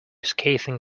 scathing